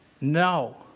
No